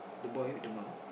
the boy with the mom